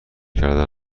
کردن